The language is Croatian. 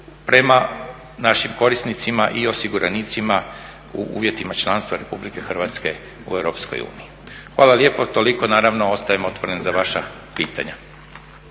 prema našim korisnicima i osiguranicima u uvjetima članstva RH u EU. Hvala lijepo. Toliko. Naravno ostajem otvoren za vaša pitanja.